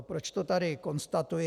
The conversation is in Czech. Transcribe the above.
Proč to tady konstatuji?